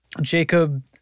Jacob